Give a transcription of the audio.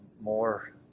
More